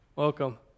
welcome